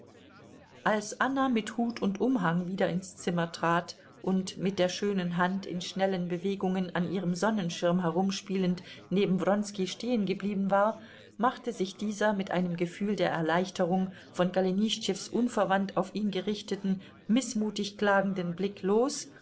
als anna mit hut und umhang wieder ins zimmer trat und mit der schönen hand in schnellen bewegungen an ihrem sonnenschirm herumspielend neben wronski stehengeblieben war machte sich dieser mit einem gefühl der erleichterung von golenischtschews unverwandt auf ihn gerichteten mißmutig klagenden blick los